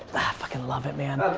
fuckin' love it man.